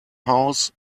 house